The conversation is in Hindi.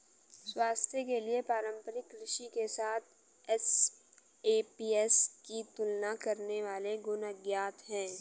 स्वास्थ्य के लिए पारंपरिक कृषि के साथ एसएपीएस की तुलना करने वाले गुण अज्ञात है